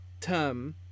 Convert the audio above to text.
term